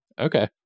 Okay